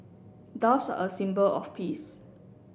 doves are a symbol of peace